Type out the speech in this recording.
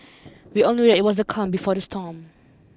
we all knew that it was the calm before the storm